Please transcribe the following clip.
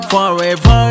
Forever